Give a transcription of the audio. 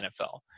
nfl